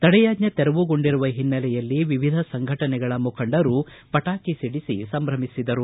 ತಡೆಯಾಜ್ಜೆ ತೆರವುಗೊಂಡಿರುವ ಹಿನ್ನಲೆಯಲ್ಲಿ ವಿವಿಧ ಸಂಘಟನೆಗಳ ಮುಖಂಡರು ಪಟಾಕಿ ಸಿಡಿಸಿ ಸಂಭ್ರಮಿಸಿದರು